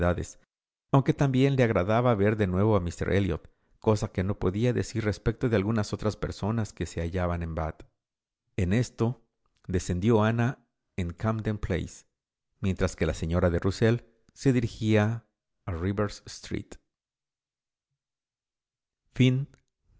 aunque también le agradaba ver de nuevo a míster elliot cosa que no podía decir respecto de algunas otras personas que se hallaban en bath en esto descendió ana en camden place mientras que la señora de rusell se dirigía